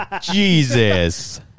Jesus